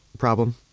Problem